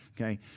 Okay